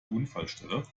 unfallstelle